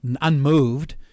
unmoved